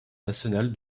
nationale